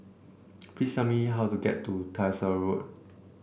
please tell me how to get to Tyersall Road